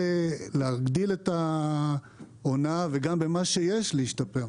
להגדיל את העונה וגם במה שיש להשתפר.